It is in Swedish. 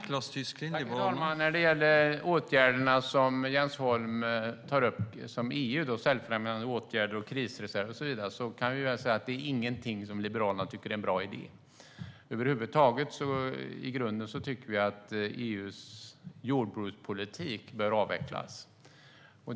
Herr talman! När det gäller de åtgärder som Jens Holm tar upp - EU:s säljfrämjande åtgärder, krisreserv och så vidare - kan jag säga att det inte är någonting som Liberalerna tycker är en bra idé. I grunden tycker vi att EU:s jordbrukspolitik bör avvecklas.